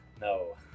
No